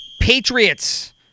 Patriots